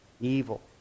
evil